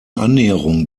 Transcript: annäherung